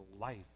life